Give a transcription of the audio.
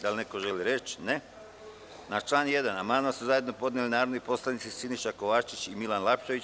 Da li neko želi reč? (Ne) Na član 1. amandman su zajedno podneli narodni poslanici Siniša Kovačević i Milan Lapčević.